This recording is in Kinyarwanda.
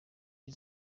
jya